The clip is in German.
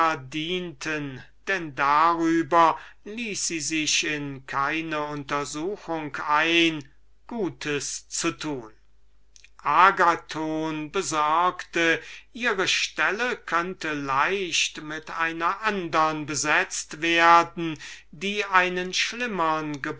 verdienten denn darüber ließ sie sich in keine untersuchung ein gutes zu tun agathon besorgte daß ihre stelle leicht durch eine andere besetzt werden könnte welche sich versuchen lassen möchte einen schlimmern